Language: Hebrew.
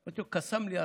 אמרתי לו: קסם לי הרעיון,